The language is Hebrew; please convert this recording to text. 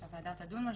שהוועדה תדון בה,